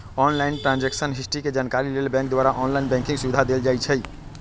online transaction history के जानकारी लेल बैंक द्वारा ऑनलाइन बैंकिंग सुविधा देल जाइ छइ